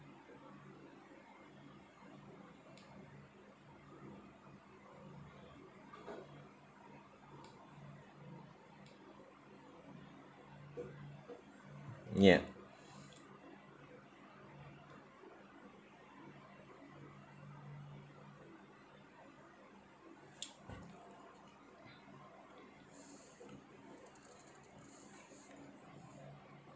yup